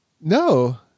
no